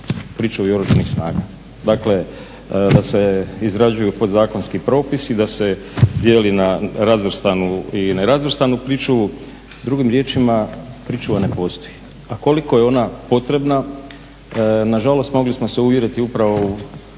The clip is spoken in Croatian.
pričuvi Oružanih snaga, dakle da se izrađuju podzakonski propisi, da se dijeli na razvrstanu i nerazvrstanu pričuvu. Drugim riječima, pričuva ne postoji. A koliko je ona potrebna nažalost mogli smo se uvjeriti upravo u